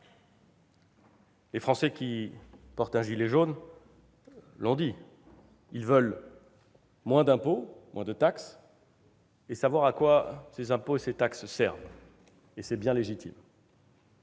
Les Français qui portent un gilet jaune l'ont dit : ils veulent moins d'impôts, moins de taxes, et savoir à quoi ces impôts et ces taxes servent. C'est bien légitime.